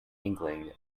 inkling